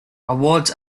awards